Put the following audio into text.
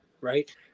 right